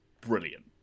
brilliant